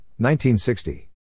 1960